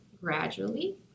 gradually